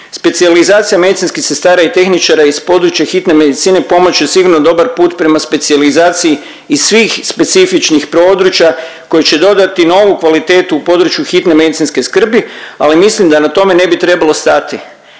Specijalizacija medicinskih sestara i tehničara iz područja hitne medicine pomoći će sigurno dobar put prema specijalizaciji iz svih specifičnih područja koji će dodati novu kvalitetu u području hitne medicinske skrbi, ali mislim da na tome ne bi trebalo stati